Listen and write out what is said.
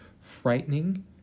frightening